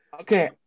Okay